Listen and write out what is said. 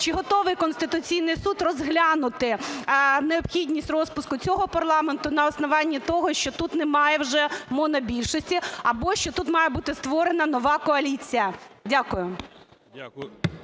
Чи готовий Конституційний Суд розглянути необхідність розпуску цього парламенту на основі того, що тут немає вже монобільшості, або що тут має бути створена нова коаліція? Дякую.